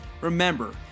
Remember